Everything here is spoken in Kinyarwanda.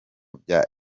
bya